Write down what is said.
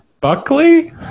buckley